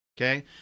okay